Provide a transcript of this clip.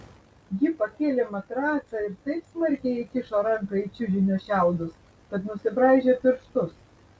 ji pakėlė matracą ir taip smarkiai įkišo ranką į čiužinio šiaudus kad nusibraižė pirštus